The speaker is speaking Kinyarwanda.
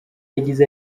yagize